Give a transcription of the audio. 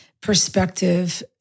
perspective